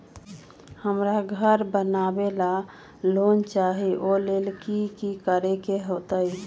हमरा घर बनाबे ला लोन चाहि ओ लेल की की करे के होतई?